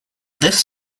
this